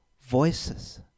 voices